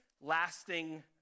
lasting